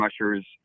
mushers